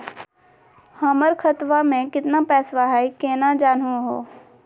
हमर खतवा मे केतना पैसवा हई, केना जानहु हो?